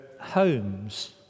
homes